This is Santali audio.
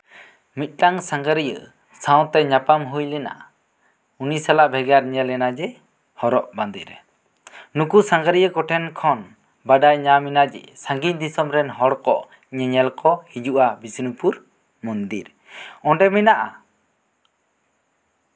ᱢᱤᱫᱴᱟᱝ ᱥᱟᱸᱜᱷᱟᱨᱤᱭᱟᱹ ᱥᱟᱶᱛᱮ ᱧᱟᱯᱟᱢ ᱦᱩᱭ ᱞᱮᱱᱟ ᱩᱱᱤ ᱥᱟᱞᱟᱜ ᱵᱷᱮᱜᱟᱨ ᱧᱮᱞᱮᱱᱟ ᱡᱮ ᱦᱚᱨᱚᱜ ᱵᱟᱸᱫᱮ ᱨᱮ ᱱᱩᱠᱩ ᱥᱟᱸᱜᱷᱟᱨᱤᱭᱟᱹ ᱠᱚ ᱴᱷᱮᱱ ᱠᱷᱚᱱ ᱵᱟᱰᱟᱭ ᱧᱟᱢᱮᱱᱟ ᱡᱮ ᱥᱟᱸᱜᱤᱧ ᱤᱥᱚᱢ ᱨᱮᱱ ᱦᱚᱲ ᱠᱚ ᱧᱮᱧᱮᱞ ᱠᱚ ᱦᱤᱡᱩᱜᱼᱟ ᱵᱤᱥᱱᱩᱯᱩᱨ ᱢᱚᱱᱫᱤᱨ ᱚᱸᱰᱮ ᱢᱮᱱᱟᱜᱼᱟ